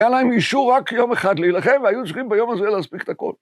‫היה להם אישור רק יום אחד להילחם, ‫והיו יושבים ביום הזה להספיק את הכול.